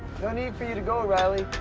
need for you to go, ah riley.